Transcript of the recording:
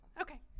Okay